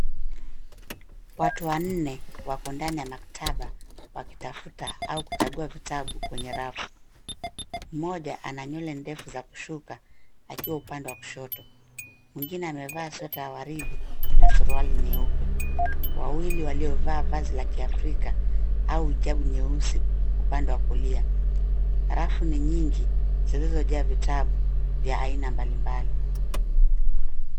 Watu wanne, wako ndani ya maktaba wakitafuta au kuchagua vitabu kwenye rafu. Mmoja ana nywele ndefu za kushuka, akiwa upande wa kushoto. Mwingine amevaa sweta ya waridi, na suruali nyeupe. Wawili waliovaa vazi la kiafrika, au hijabu nyeusi, upande wa kulia. Rafu ni nyingi, zilizojaa vitabu, vya aina mbalimbali.